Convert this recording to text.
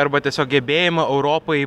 arba tiesiog gebėjimą europai